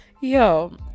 Yo